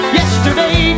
yesterday